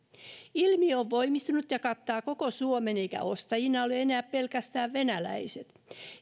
ilmiö on voimistunut ja kattaa koko suomen eivätkä ostajina ole enää pelkästään venäläiset